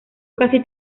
casi